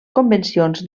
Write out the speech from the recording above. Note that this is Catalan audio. convencions